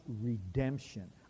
redemption